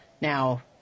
Now